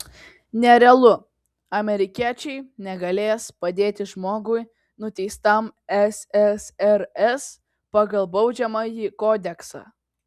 nerealu amerikiečiai negalės padėti žmogui nuteistam ssrs pagal baudžiamąjį kodeksą